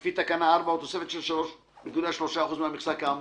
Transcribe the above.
לפי תקנה 4 או תוספת של 3.3 אחוז מהמכסה כאמור,